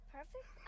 Perfect